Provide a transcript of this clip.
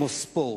כמו ספורט,